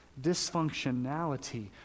dysfunctionality